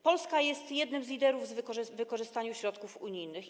Polska jest jednym z liderów wykorzystania środków unijnych.